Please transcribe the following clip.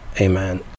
amen